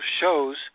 shows